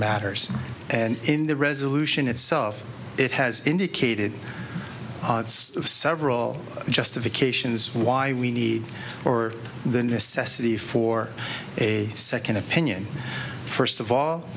matters and in the resolution itself it has indicated of several justifications why we need or the necessity for a second opinion first of all